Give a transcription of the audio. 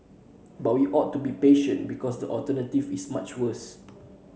but we ought to be patient because the alternative is much worse